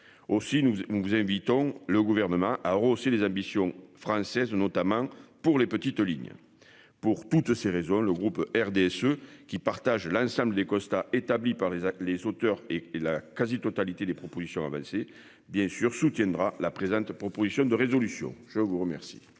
aussi. Nous vous invitons le Gouvernement aussi les ambitions françaises, notamment pour les petites lignes. Pour toutes ces raisons, le groupe RDSE qui partage l'ensemble des constats établis par les les auteurs et la quasi-totalité des propositions avancées bien sûr soutiendra la présente proposition de résolution, je vous remercie.